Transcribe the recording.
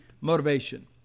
motivation